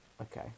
Okay